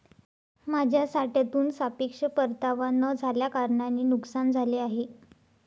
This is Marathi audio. माझ्या साठ्यातून सापेक्ष परतावा न झाल्याकारणाने नुकसान झाले आहे